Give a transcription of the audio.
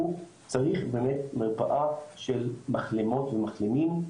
הוא צריך באמת מרפאה של מחלימות ומחלימים,